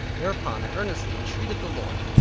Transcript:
whereupon i earnestly entreated the lord,